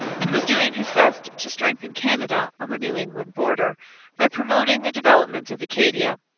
and was doing his best to strengthen canada on the new england border by promoting the development of acadia.